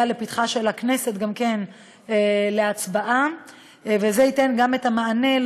לפתחה של הכנסת גם כן להצבעה וייתן גם את המענה,